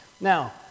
Now